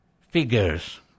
figures